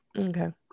okay